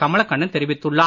கமலக்கண்ணன் தெரிவித்துள்ளார்